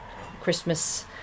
Christmas